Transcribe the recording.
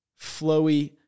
flowy